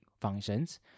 functions